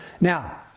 Now